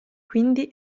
quindi